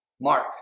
Mark